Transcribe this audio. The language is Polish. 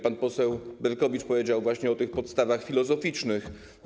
Pan poseł Berkowicz powiedział właśnie o tych podstawach filozoficznych.